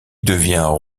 devient